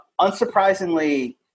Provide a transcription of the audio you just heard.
unsurprisingly